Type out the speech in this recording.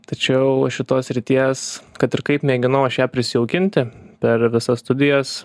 tačiau aš šitos srities kad ir kaip mėginau aš ją prisijaukinti per visas studijas